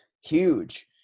huge